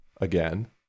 again